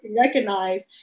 recognize